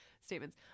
statements